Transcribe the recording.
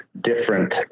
different